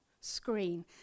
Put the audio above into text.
screen